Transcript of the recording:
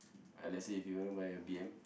uh let's say if you gonna buy a B_M